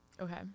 okay